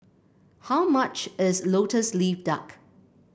how much is lotus leaf duck